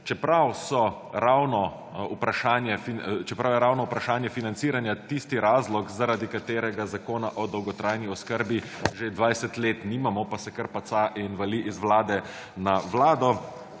Čeprav je ravno vprašanje financiranje tisti razlog zaradi katerega zakona o dolgotrajni oskrbi že 20 let nimamo, pa se kar paca in vali iz vlade na vlado,